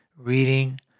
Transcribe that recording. reading